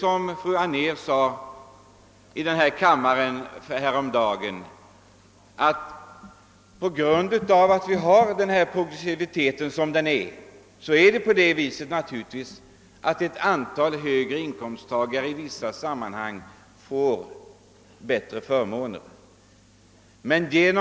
Som fru Anér sade i kammaren häromdagen får ett antal högre inkomsttagare på grund av progressiviteten i vissa sammanhang bättre förmåner.